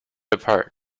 apart